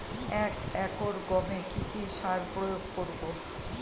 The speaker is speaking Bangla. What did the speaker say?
এক একর গমে কি কী সার প্রয়োগ করব?